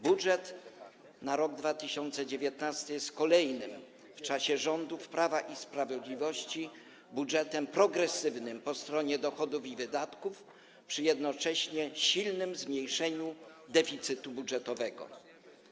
Budżet na rok 2019 jest kolejnym w czasie rządów Prawa i Sprawiedliwości budżetem progresywnym po stronie dochodów i wydatków, przy jednoczesnym silnym zmniejszeniu deficytu budżetowego.